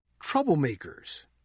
troublemakers